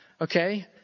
okay